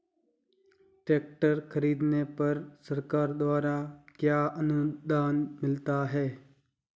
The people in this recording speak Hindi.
ट्रैक्टर खरीदने पर सरकार द्वारा क्या अनुदान मिलता है?